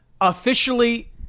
Officially